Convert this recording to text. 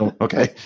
Okay